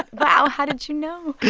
wow. how did you know?